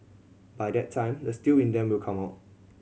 by that time the steel in them will come out